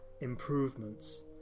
improvements